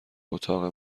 اتاقه